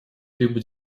либо